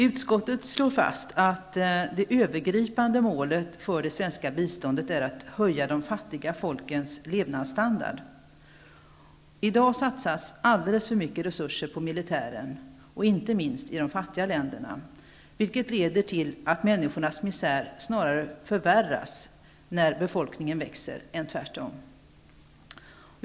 Utskottet slår fast att det övergripande målet för det svenska biståndet är att höja de fattiga folkens levnadsstandard. I dag satsas alldeles för stora resurser på militären, inte minst i de fattiga länderna, vilket leder till att människornas misär snarare förvärras, när befolkningen växer, än tvärtom.